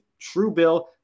Truebill